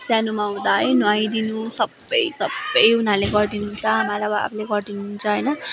सानोमा हुँदा है नुहाइदिनु सबै सबै उनीहरूले गरिदिनुहुन्छ आमा र बाबाले गरिदिनुहुन्छ होइन